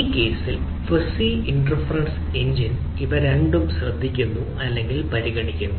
ഈ കേസിൽ ഈ ഫസി ഇൻഫെറെൻസ് എഞ്ചിൻ ഇവ രണ്ടും ശ്രദ്ധിക്കുന്നു അല്ലെങ്കിൽ പരിഗണിക്കുന്നു